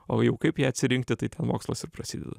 o jau kaip ją atsirinkti tai ten mokslas ir prasideda